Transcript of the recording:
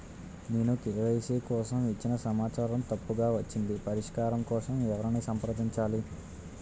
నేను కే.వై.సీ కోసం ఇచ్చిన సమాచారం తప్పుగా వచ్చింది పరిష్కారం కోసం ఎవరిని సంప్రదించాలి?